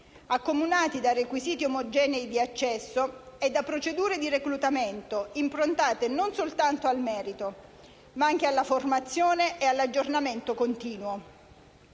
accomunati da requisiti omogenei di accesso e da procedure di reclutamento improntate non soltanto al merito, ma anche alla formazione e all'aggiornamento continuo.